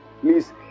Please